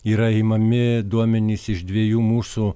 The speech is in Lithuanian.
yra imami duomenys iš dviejų mūsų